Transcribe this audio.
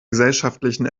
gesellschaftlichen